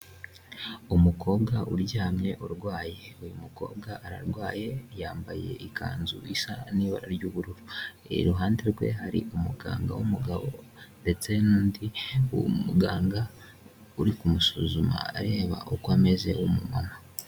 Umukobwa uryamye urwaye uyu mukobwa ararwaye yambaye ikanzu isa n'ibara ry'ubururu, iruhande rwe hari umuganga w'umugabo ndetse n'undi muganga uri kumusuzuma areba uko ameze w'umumama.